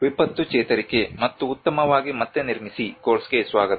ವಿಪತ್ತು ಚೇತರಿಕೆ ಮತ್ತು ಉತ್ತಮವಾಗಿ ಮತ್ತೆ ನಿರ್ಮಿಸಿ ಕೋರ್ಸ್ಗೆ ಸ್ವಾಗತ